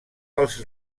pels